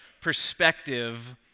perspective